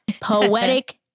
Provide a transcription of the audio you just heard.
poetic